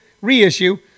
reissue